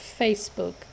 facebook